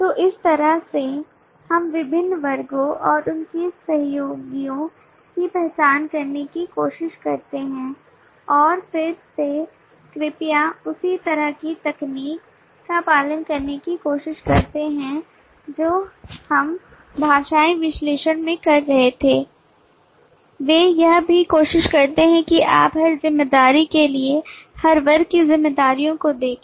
तो इस तरह से हम विभिन्न वर्गों और उनके सहयोगियों की पहचान करने की कोशिश करते हैं और फिर से कृपया उसी तरह की तकनीक का पालन करने की कोशिश करते हैं जो हम भाषाई विश्लेषण में कर रहे थे वे यह भी कोशिश करते हैं कि आप हर जिम्मेदारी के लिए हर वर्ग की जिम्मेदारियों को देखें